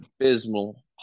abysmal